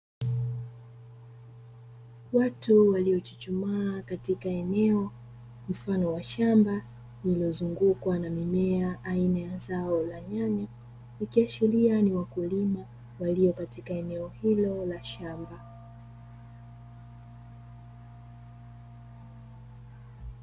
Watu waliochuchumaa katika eneo mfano wa shamba lililozungukwa na mimea aina ya zao la nyanya ikiashiria ni wakulima walio katika eneo hilo la shamba.